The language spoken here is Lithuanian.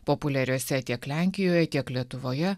populiariuose tiek lenkijoje tiek lietuvoje